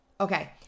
Okay